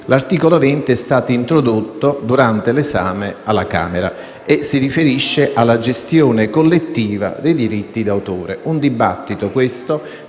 l'articolo 20, che è stato introdotto durante l'esame alla Camera e che si riferisce alla gestione collettiva dei diritti d'autore. Questo